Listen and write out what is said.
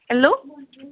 hello